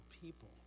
people